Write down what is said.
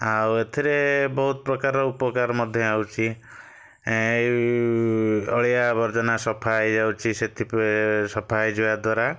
ଆଉ ଏଥିରେ ବହୁତ ପ୍ରକାର ଉପକାର ମଧ୍ୟ ହେଉଛି ଏହି ଅଳିଆ ଆବର୍ଜନା ସଫା ହେଇଯାଉଛି ସେଥିପା ସଫା ହେଇଯିବା ଦ୍ଵାରା